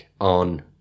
on